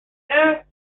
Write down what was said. deux